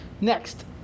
Next